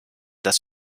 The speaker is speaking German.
das